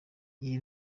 iyi